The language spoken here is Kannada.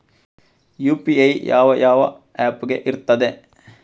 ಯು.ಪಿ.ಐ ಯಾವ ಯಾವ ಆಪ್ ಗೆ ಇರ್ತದೆ?